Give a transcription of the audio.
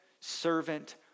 servant